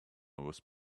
was